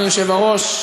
אדוני היושב-ראש,